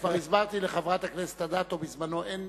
כבר הסברתי לחברת הכנסת בזמנו, אין